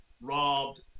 robbed